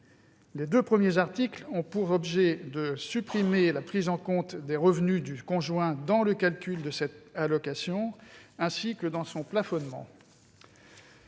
et 3 de ce texte ont pour objet de supprimer la prise en compte des revenus du conjoint dans le calcul de cette allocation, ainsi que dans son plafonnement.